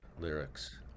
lyrics